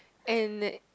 and